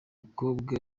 mukobwa